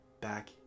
back